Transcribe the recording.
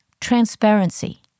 transparency